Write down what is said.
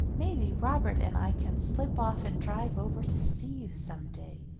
maybe robert and i can slip off and drive over to see you some day.